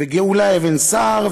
וגאולה אבן-סער,